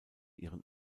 ihren